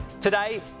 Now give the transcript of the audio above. Today